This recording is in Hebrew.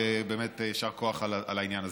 ובאמת יישר כוח על העניין הזה.